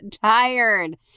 tired